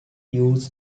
use